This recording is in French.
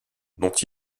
dont